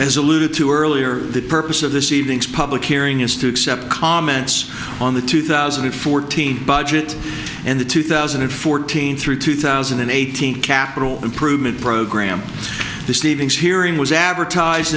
alluded to earlier the purpose of this evening's public hearing is to accept comments on the two thousand and fourteen budget and the two thousand and fourteen through two thousand and eighteen capital improvement program this leavings hearing was advertised